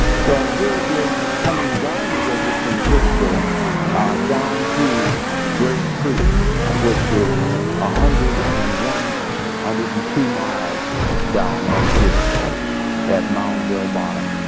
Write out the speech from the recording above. so here is, coming down the river from pittsburgh down to grave creek which is ah and one hundred and two miles down right here at moundville bottom.